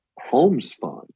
homespun